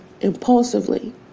impulsively